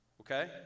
Okay